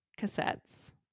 cassettes